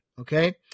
Okay